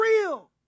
real